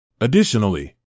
Additionally